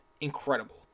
Incredible